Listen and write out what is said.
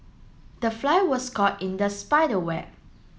the fly was caught in the spider web